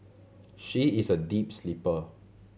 she is a deep sleeper